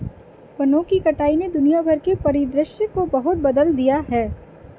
वनों की कटाई ने दुनिया भर के परिदृश्य को बहुत बदल दिया है